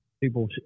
people